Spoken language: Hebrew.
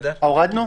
הורדנו?